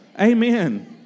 Amen